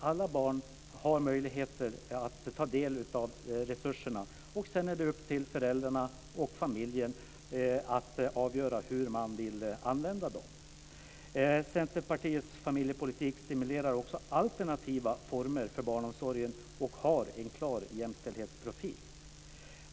Alla barn har möjlighet att ta del av resurserna. Sedan är det upp till föräldrarna och familjen att avgöra hur man vill använda pengarna. Centerpartiets familjepolitik stimulerar också alternativa former för barnomsorgen och har en klar jämställdhetsprofil.